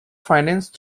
financed